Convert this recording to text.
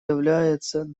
является